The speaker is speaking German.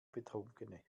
betrunkene